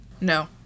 No